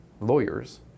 lawyers